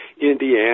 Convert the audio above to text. Indiana